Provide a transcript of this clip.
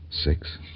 Six